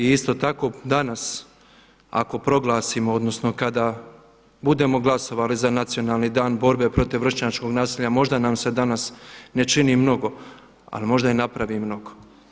I isto tako danas ako proglasimo odnosno kada budemo glasovali za Nacionalni dan borbe protiv vršnjačkog nasilja, možda nam se danas ne čini mnogo, ali možda i napravi mnogo.